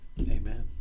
Amen